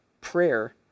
prayer